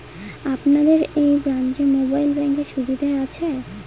আপনাদের এই ব্রাঞ্চে মোবাইল ব্যাংকের সুবিধে আছে?